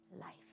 life